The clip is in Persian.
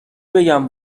بگم